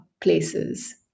places